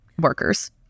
workers